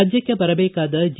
ರಾಜ್ಯಕ್ಷೆ ಬರಬೇಕಾದ ಜಿ